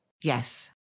Yes